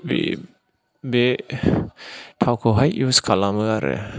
बे थावखौहाय इउस खालामो आरो